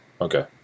Okay